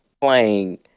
playing